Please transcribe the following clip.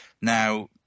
Now